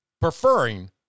Preferring